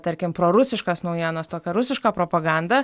tarkim prorusiškas naujienas tokią rusišką propagandą